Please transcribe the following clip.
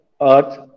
earth